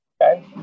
Okay